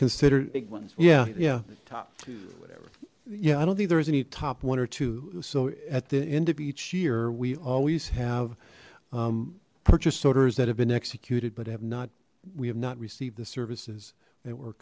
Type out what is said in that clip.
considered yeah yeah yeah i don't think there is any top one or two so at the end of each year we always have purchase orders that have been executed but have not we have not received the services there were